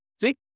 See